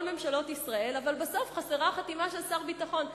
ממשלות ישראל אבל בסוף חסרה חתימה של שר הביטחון?